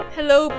Hello